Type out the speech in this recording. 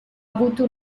avuto